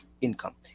income